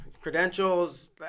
credentials